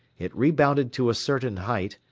it rebounded to a certain height,